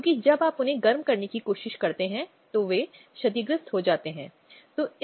वे वित्तीय संसाधनों में शामिल हो रहे हैं या अपने संसाधनों को एक साथ रख रहे हैं और वे बच्चों को पालने की योजना बना रहे हैं